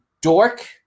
Dork